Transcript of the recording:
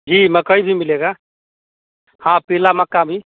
जी मकई भी मिलेगा हाँ पीला मक्का भी